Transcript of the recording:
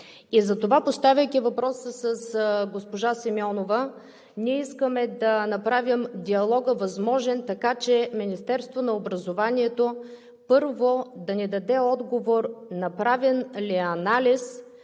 Затова, поставяйки въпроса с госпожа Симеонова, ние искаме да направим диалога възможен, така че Министерството на образованието и науката, първо, да ни даде отговор направен ли е анализ